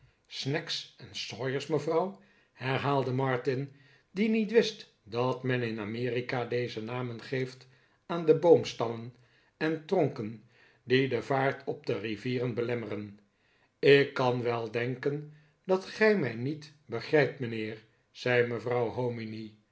en sawyers mevrouw herhaalde martin die niet wist dat men in amerika deze namen geeft aan de boomstammen en tronken die de vaart op de rivieren belemmeren ik kan wel denken dat gij mij niet begrijpt mijnheer zei mevrouw hominy